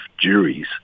juries